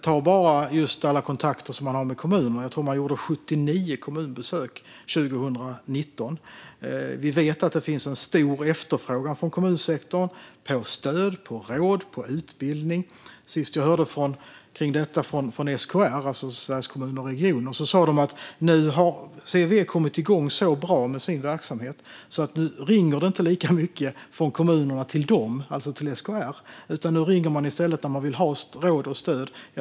Ta bara alla kontakter som man har med kommuner; jag tror att man gjorde 79 kommunbesök 2019. Vi vet att det finns en stor efterfrågan från kommunsektorn på stöd, råd och utbildning. Senast jag hörde om detta från SKR, alltså Sveriges Kommuner och Regioner, sa de att CVE nu har kommit igång så bra med sin verksamhet att kommunerna inte ringer lika mycket till SKR utan i stället ringer till CVE när de vill ha råd och stöd.